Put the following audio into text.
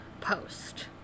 post